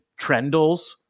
trendles